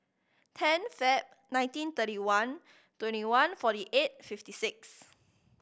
ten Feb nineteen thirty one twenty one forty eight fifty six